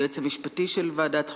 היועץ המשפטי של ועדת חוקה,